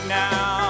now